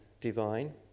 divine